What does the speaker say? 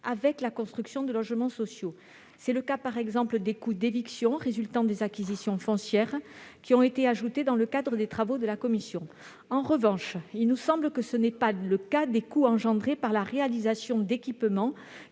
avec la construction de logements sociaux. C'est le cas pour les coûts d'éviction résultant des acquisitions foncières, ajoutés par la commission. En revanche, il nous semble que ce n'est pas le cas des coûts engendrés par la réalisation d'équipements